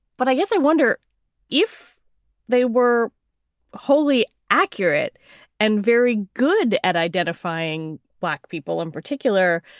but i guess i wonder if they were wholly accurate and very good at identifying black people in particular.